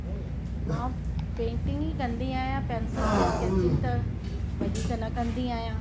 मां पेंटिंग ई कंदी आहियां पेंसिल जी स्केचिंग त वधीक न कंदी आहियां